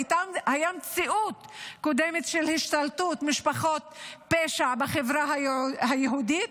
הייתה מציאות קודמת של השתלטות של משפחות פשע בחברה היהודית,